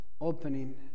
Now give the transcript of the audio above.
opening